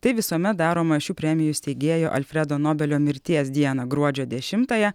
tai visuomet daroma šių premijų steigėjo alfredo nobelio mirties dieną gruodžio dešimtąją